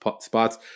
spots